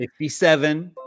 57